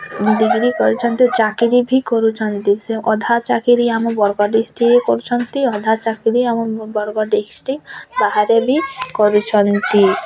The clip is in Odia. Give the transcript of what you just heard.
ଡିଗ୍ରୀ କରିଛନ୍ତି ଚାକିରୀ ଭି କରୁଛନ୍ତି ସେ ଅଧା ଚାକିରୀ ଆମ ବରପାଲି ଠି କରୁଛନ୍ତି ଅଧା ଚାକିରୀ ଆମ ବରଗଡ଼ ଡିଷ୍ଟ୍ରିକ୍ଟ ବାହାରେ ବି କରୁଛନ୍ତି